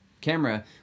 camera